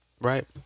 right